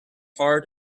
hard